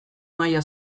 maila